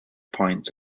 points